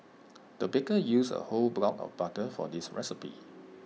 the baker used A whole block of butter for this recipe